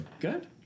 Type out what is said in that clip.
Good